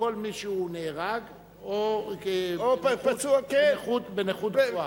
כל מי שנהרג או שהוא בנכות גבוהה.